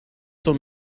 would